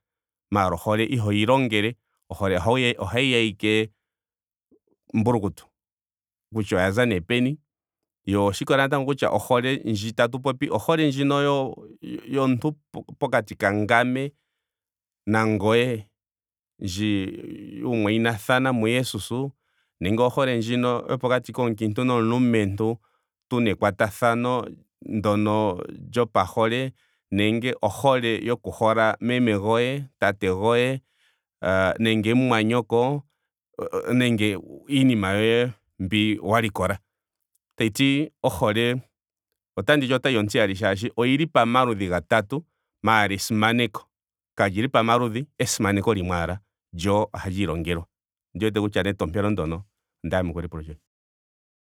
Maara ohole ihoyi ilongele. ohole ohayi ya ashike mbulukutu. kutya oyaza nee peni. Yo oshiikwatelela natango kutya ohole ndji tatu popi ohole ndji ndjino yomuntu pokati kangame nangoye. ndji yuumwayinathana mu jesus nenge ohole ndino yopokati komulumentu nomukiintu. tuna ekwatathano ndono lyopahole nenge ohole yoku hola meme goye. tate goye nenge mumwanyoko. nenge iinima yoye mbi wa likola. Tashiti ohole otanditi otayiya ontiyali molwaashoka oyili pamaludhi gatatu. maara esimaneko kalili pamaludhi. Esimaneko limwe ashike lyo ohali ilongelwa. Ondi wete kutya netompelo ndoka onda yamukula epulo lyoye.